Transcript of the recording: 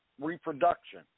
reproduction